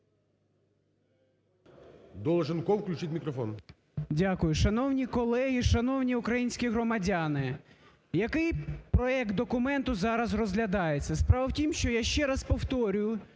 ДОЛЖЕНКОВ О.В. Дякую. Шановні колеги! Шановні українські громадяни! Який проект документу зараз розглядається? Справа в тім, що я ще раз повторюю,